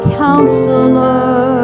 counselor